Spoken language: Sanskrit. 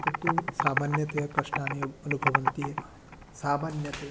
तत्तु सामन्यतया कष्टानि अनुभवन्ति एव सामान्यतया